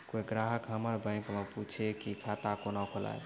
कोय ग्राहक हमर बैक मैं पुछे की खाता कोना खोलायब?